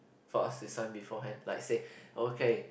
for us to sign before hand like say oh okay